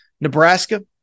Nebraska